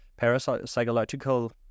parapsychological